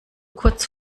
kurz